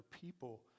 people